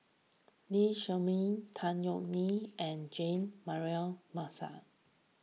Lee Shermay Tan Yeok Nee and Jean Mary Marshall